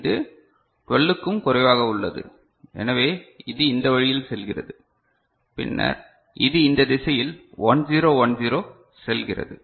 இது 12 க்கும் குறைவாக உள்ளது எனவே இது இந்த வழியில் செல்கிறது பின்னர் இது இந்த திசையில் 1 0 1 0 செல்கிறது